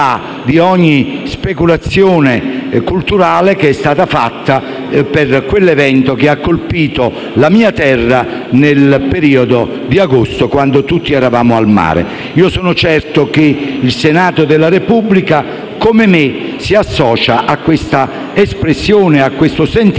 di ogni speculazione culturale che è stata fatta per l'evento che ha colpito la mia terra nel periodo di agosto, quando tutti eravamo al mare. Sono certo che il Senato della Repubblica voglia associarsi all'espressione del sentimento